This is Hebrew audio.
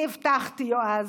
אני הבטחתי, יועז,